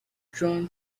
drawn